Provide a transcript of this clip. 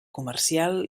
comercial